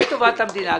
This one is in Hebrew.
גם טובת המדינה,